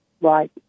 Right